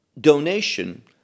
donation